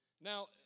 Now